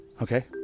Okay